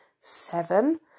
seven